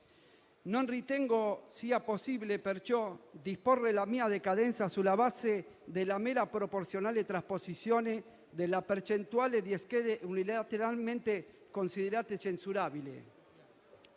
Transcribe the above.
Non ritengo sia possibile perciò disporre la mia decadenza sulla base della mera trasposizione proporzionale della percentuale di schede unilateralmente considerate censurabili